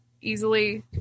easily